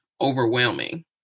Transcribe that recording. overwhelming